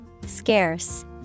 Scarce